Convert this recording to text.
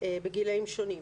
בגילים שונים.